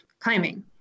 climbing